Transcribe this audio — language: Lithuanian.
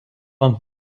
ant